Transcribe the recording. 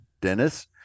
Dennis